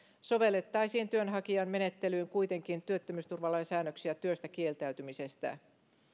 sovellettaisiin työnhakijan menettelyyn kuitenkin työttömyysturvalain säännöksiä työstä kieltäytymisestä